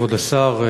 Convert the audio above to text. אדוני השר,